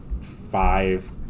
five